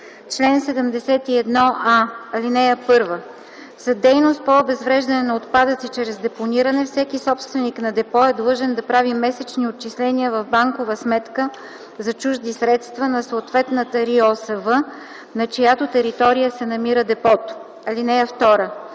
Чл. 71а. (1) За дейност по обезвреждане на отпадъци чрез депониране всеки собственик на депо е длъжен да прави месечни отчисления в банкова сметка за чужди средства на съответната РИОСВ, на чиято територия се намира депото. (2)